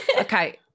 Okay